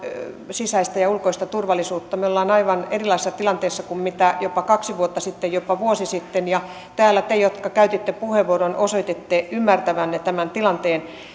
sisäistä ja ulkoista turvallisuutta me olemme aivan erilaisessa tilanteessa kuin mitä jopa kaksi vuotta sitten jopa vuosi sitten ja täällä te jotka käytitte puheenvuoron osoititte ymmärtävänne tämän tilanteen